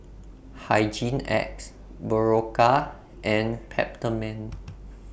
Hygin X Berocca and Peptamen